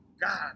God